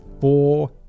Four